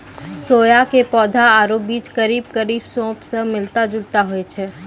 सोया के पौधा आरो बीज करीब करीब सौंफ स मिलता जुलता होय छै